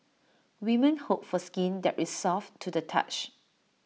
women hope for skin that is soft to the touch